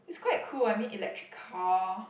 is quite cool I mean electric car